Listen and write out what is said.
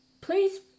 please